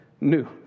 new